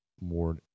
more